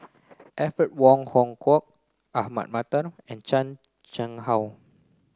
Alfred Wong Hong Kwok Ahmad Mattar and Chan Chang How